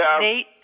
Nate